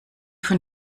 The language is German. von